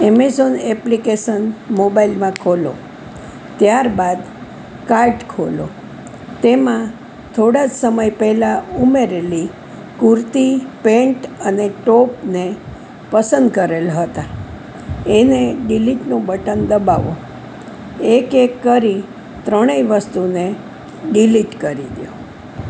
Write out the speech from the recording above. Amazon application મોબાઇલમાં ખોલો ત્યારબાદ કાર્ટ ખોલો તેમાં થોડા સમય પહેલા ઉમેરેલી કુર્તી પેન્ટ અને ટોપને પસંદ કરેલ હતાં એને ડિલીટનું બટન દબાવો એક એક કરી ત્રણેય વસ્તુને ડિલીટ કરી દો